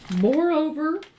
Moreover